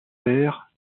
faire